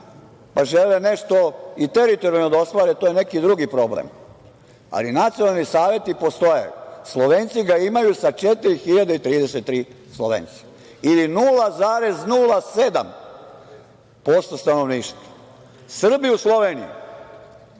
pa žele nešto i teritorijalno da ostvare to je neki drugi problem. Ali, nacionalni saveti postoje, Slovenci ga imaju sa 4.033 Slovenci i 0,07% stanovništva. Srbi u Sloveniji